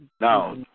Now